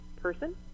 person